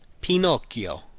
Pinocchio